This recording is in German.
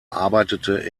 arbeitete